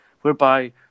whereby